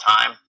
time